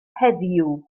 heddiw